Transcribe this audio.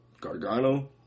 gargano